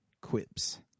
quips